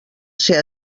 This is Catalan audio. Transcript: ser